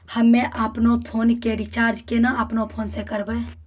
हम्मे आपनौ फोन के रीचार्ज केना आपनौ से करवै?